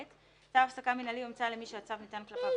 צו הפסקה מינהלי יומצא למי שהצו ניתן כלפיו